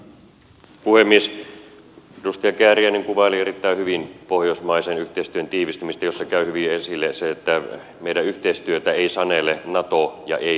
edustaja kääriäinen kuvaili erittäin hyvin pohjoismaisen yhteistyön tiivistämistä jossa käy hyvin esille se että meidän yhteistyötämme ei sanele nato ja ei nato raja